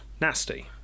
Nasty